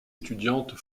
étudiante